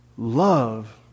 Love